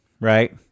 right